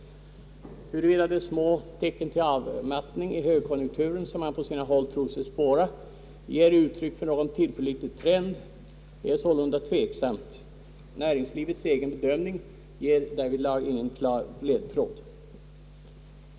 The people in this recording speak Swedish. Huruvida de små tecken till avmattning i högkonjunkturen som man på sina håll trott sig spåra ger uttryck för någon tillförlitlig trend är sålunda tveksamt. Näringslivets egen bedömning ger därvidlag ingen klar ledtråd.